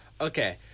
Okay